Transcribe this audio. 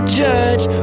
judge